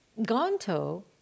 Gonto